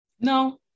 no